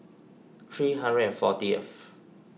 three hundred and forty S